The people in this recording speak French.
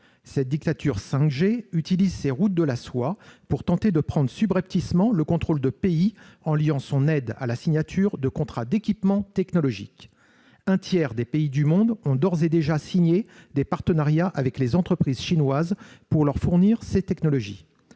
Cette dictature 5G utilise ses Routes de la soie pour tenter de prendre subrepticement le contrôle de pays en liant son aide à la signature de contrats de fourniture d'équipements technologiques. Un tiers des pays du monde ont d'ores et déjà signé des partenariats avec les entreprises chinoises pour leur acheter ces technologies.